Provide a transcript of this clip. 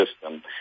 system